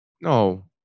no